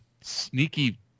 sneaky